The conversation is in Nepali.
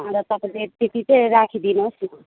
अन्त तपाईँले त्यति चाहिँ राखिदिनुहोस् न